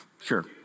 Sure